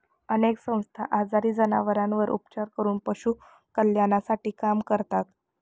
अनेक संस्था आजारी जनावरांवर उपचार करून पशु कल्याणासाठी काम करतात